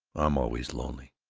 i'm always lonely.